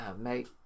mate